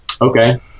okay